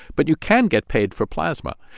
but you can get paid for plasma.